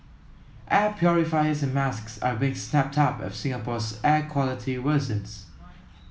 air purifiers and masks are being snapped up as Singapore's air quality worsens